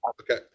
Okay